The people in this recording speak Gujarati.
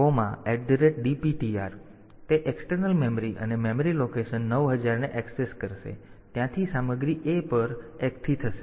તેથી તે એક્સટર્નલ મેમરી અને મેમરી લોકેશન 9000 ને એક્સેસ કરશે ત્યાંથી સામગ્રી A પર એકઠી થશે